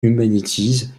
humanities